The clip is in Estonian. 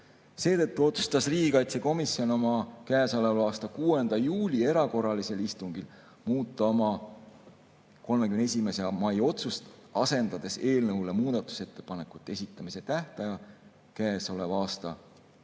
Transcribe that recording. Seetõttu otsustas riigikaitsekomisjon oma käesoleva aasta 6. juuli erakorralisel istungil muuta oma 31. mai otsust, asendades eelnõu muudatusettepanekute esitamise tähtpäeva, käesoleva aasta